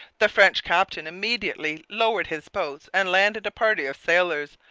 the french captain immediately lowered his boats and landed a party of sailors,